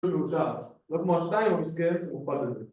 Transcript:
‫תודה רבה. ‫נתמרך שתהיה לכם סקרט ופגרת.